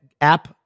app